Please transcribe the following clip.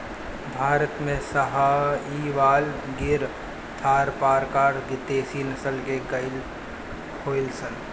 भारत में साहीवाल, गिर, थारपारकर देशी नसल के गाई होलि सन